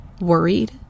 worried